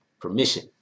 permission